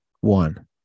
One